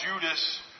Judas